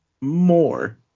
more